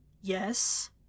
Yes